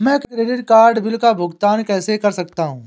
मैं credit card bill का भुगतान कैसे कर सकता हूं?